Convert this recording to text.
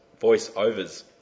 voiceovers